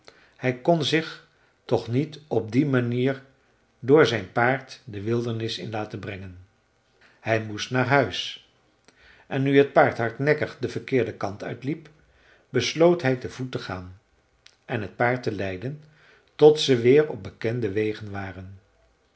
hij kon zich toch niet op die manier door zijn paard de wildernis in laten brengen hij moest naar huis en nu het paard hardnekkig den verkeerden kant uitliep besloot hij te voet te gaan en t paard te leiden tot ze weêr op bekende wegen waren